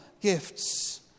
gifts